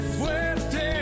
fuerte